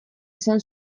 esan